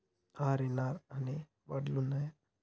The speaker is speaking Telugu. ఆర్.ఎన్.ఆర్ అనే వడ్లు ఉన్నయా?